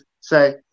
say